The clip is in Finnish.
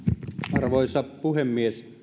arvoisa puhemies